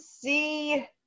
see